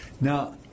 Now